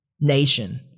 nation